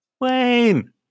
Wayne